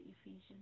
Ephesians